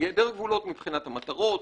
הן מבחינת המטרות,